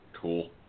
Cool